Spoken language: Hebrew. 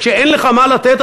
כשאין לך מה לתת,